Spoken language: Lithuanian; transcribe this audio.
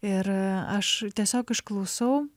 ir aš tiesiog išklausau